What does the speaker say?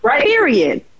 period